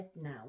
now